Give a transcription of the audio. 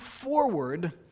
forward